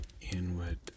inward